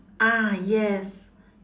ah yes